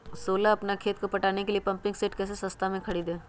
सोलह अपना खेत को पटाने के लिए पम्पिंग सेट कैसे सस्ता मे खरीद सके?